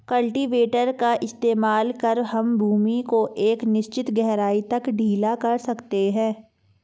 cultivator का इस्तेमाल कर हम भूमि को एक निश्चित गहराई तक ढीला कर सकते हैं